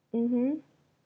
mmhmm